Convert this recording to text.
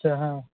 अच्छा हा